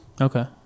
Okay